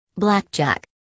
Blackjack